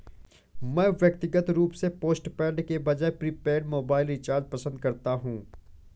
मैं व्यक्तिगत रूप से पोस्टपेड के बजाय प्रीपेड मोबाइल रिचार्ज पसंद करता हूं